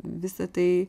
visą tai